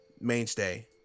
mainstay